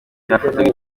cyafataga